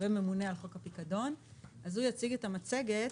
וממונה על חוק הפיקדון, והוא יציג את המצגת.